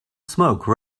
smoke